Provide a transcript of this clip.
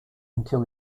until